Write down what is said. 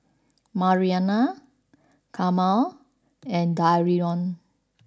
Marianna Carma and Darion